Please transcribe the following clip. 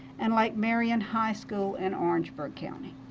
and lake marion high school in orangeburg county.